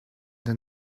did